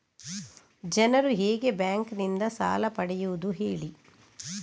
ಜನರು ಹೇಗೆ ಬ್ಯಾಂಕ್ ನಿಂದ ಸಾಲ ಪಡೆಯೋದು ಹೇಳಿ